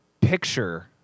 picture